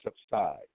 subside